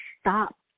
Stop